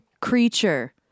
creature